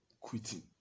quitting